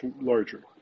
larger